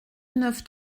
neuf